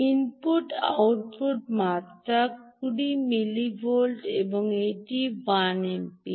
input output মাত্র 200 milli volt এবং এটি 1 এমপি